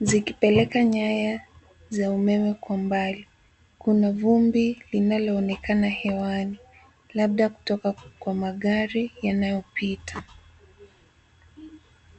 zikipeleka nyanya za umeme kwa mbali. Kuna vumbi linaloonekana hewani, labda kutoka kwa magari yanayopita.